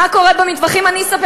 הצעת